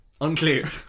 Unclear